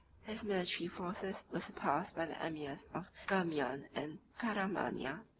his military forces were surpassed by the emirs of ghermian and caramania,